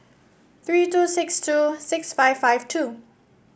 three two six two six five five two